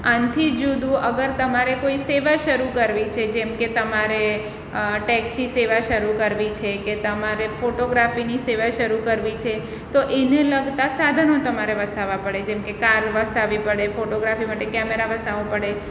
આનાથી જુદું અગર તમારે કોઈ સેવા શરૂ કરવી છે જેમકે તમારે ટેક્સી સેવા શરૂ કરવી છે કે તમારે ફોટોગ્રાફીની સેવા શરૂ કરવી છે તો એને લગતાં સાધનો તમારે વસાવવા પડે જેમકે કાર વસાવવી પડે ફોટોગ્રાફી માટે કેમેરા વસાવો પડે